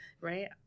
Right